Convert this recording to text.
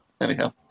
Anyhow